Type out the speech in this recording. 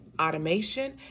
Automation